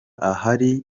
ahari